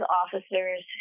officers